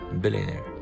Billionaire